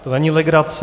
To není legrace.